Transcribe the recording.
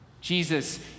Jesus